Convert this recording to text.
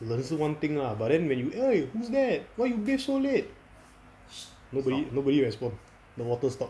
冷是 one thing lah but then when you eh who's that why you bathe so late nobody nobody respond the water stop